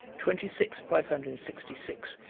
twenty six five hundred and sixty six,